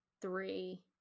three